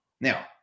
Now